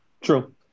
True